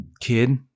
kid